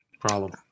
problem